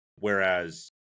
Whereas